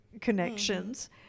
connections